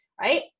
right